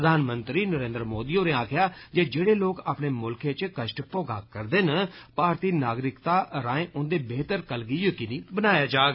प्रधानमंत्री नरेन्द्र मोदी हारें आक्खेया जे जेड़े लोक अपने मुल्खें इच कश्ट भोगा करदे न भारतीय नागरिकता राएं उंदे बेहतर कल गी यकीनी बनाया जाग